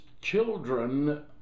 children